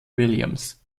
williams